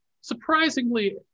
surprisingly